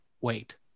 wait